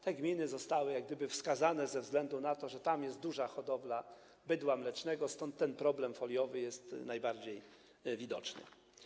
Te gminy zostały wskazane ze względu na to, że tam jest duża hodowla bydła mlecznego, stąd ten problem foliowy jest najbardziej widoczny.